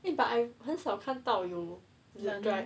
it but I 很少看到有 drive